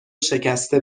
شکسته